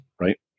right